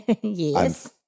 Yes